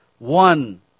one